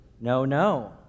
no-no